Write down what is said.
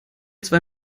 zwei